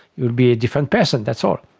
you will be a different person, that's all.